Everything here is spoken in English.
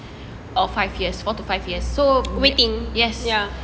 or five years four to five years so yes